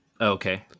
Okay